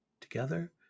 together